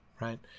Right